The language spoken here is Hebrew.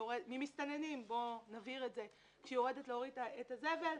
ממסתננים כשהיא יורדת להוריד את הזבל.